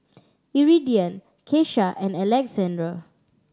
Iridian Kesha and Alexandr